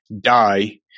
die